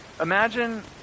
Imagine